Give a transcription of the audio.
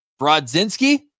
Brodzinski